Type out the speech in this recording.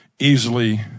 easily